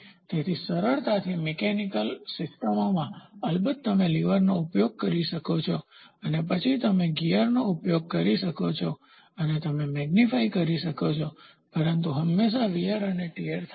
તેથી સરળતાથી મિકેનિકલયાંત્રિક સિસ્ટમોમાં અલબત્ત તમે લિવરનો ઉપયોગ કરી શકો છો અને પછી તમે ગિયર્સનો ઉપયોગ કરી શકો છો અને તમે મેગ્નીફાયબૃહદદર્શિત કરી શકો છો પરંતુ હંમેશાં વીયર અને ટીયર થાય છે